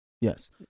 yes